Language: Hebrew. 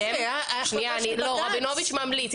רבינוביץ' ממליץ.